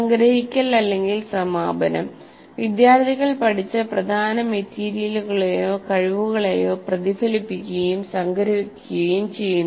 സംഗ്രഹിക്കൽ അല്ലെങ്കിൽ സമാപനം വിദ്യാർത്ഥികൾ പഠിച്ച പ്രധാന മെറ്റീരിയലുകളെയോ കഴിവുകളെയോ പ്രതിഫലിപ്പിക്കുകയും സംഗ്രഹിക്കുകയും ചെയ്യുന്നു